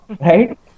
right